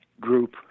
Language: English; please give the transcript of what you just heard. group